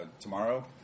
tomorrow